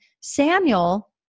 Samuel